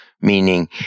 meaning